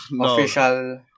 official